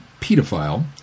pedophile